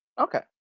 Okay